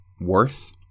worth